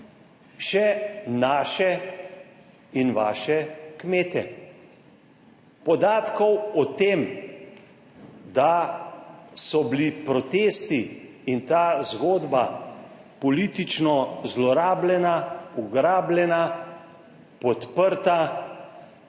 še naše in vaše kmete. Podatkov o tem, da so bili protesti in ta zgodba politično zlorabljena, ugrabljena, podprta